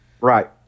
Right